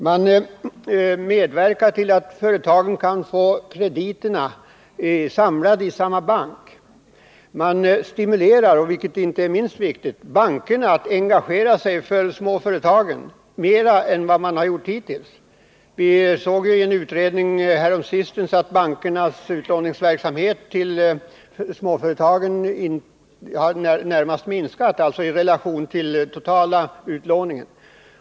Man medverkar till att företagen kan få krediterna samlade i en och samma bank. Man stimulerar, vilket inte är minst viktigt, bankerna att engagera sig för de små företagen mer än vad de gjort hittills. Av en utredning häromsistens framgick att bankernas utlåning till småföretagen i relation till den totala utlåningen närmast hade minskat.